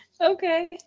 Okay